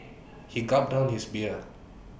he gulped down his beer